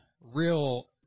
real